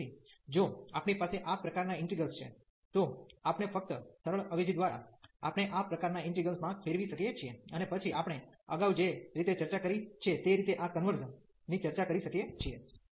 તેથી જો આપણી પાસે આ પ્રકારનાં ઇન્ટિગ્રેલ્સ છે તો આપણે ફક્ત સરળ અવેજી દ્વારા આપણે આ પ્રકારનાં ઈન્ટિગ્રલ માં ફેરવી શકીએ છીએ અને પછી આપણે અગાઉ જે રીતે ચર્ચા કરી છે તે રીતે આ કન્વર્ઝન ની ચર્ચા કરી શકીએ છીએ